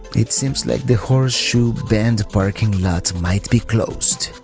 it seems like the horseshoe bend parking lot might be closed.